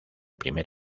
primer